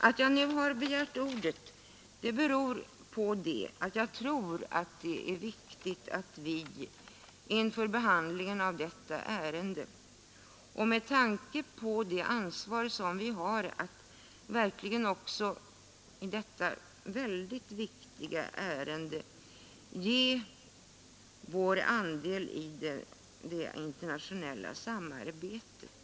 Att jag nu har begärt ordet beror på att jag tror att det är angeläget, med tanke på det ansvar vi har, att verkligen också i detta mycket viktiga ärende bidra med vår andel i det internationella samarbetet.